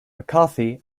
mccarthy